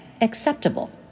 acceptable